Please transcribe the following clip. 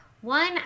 One